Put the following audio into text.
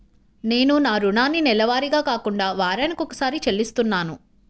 నేను నా రుణాన్ని నెలవారీగా కాకుండా వారానికోసారి చెల్లిస్తున్నాను